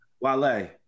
Wale